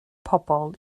pobl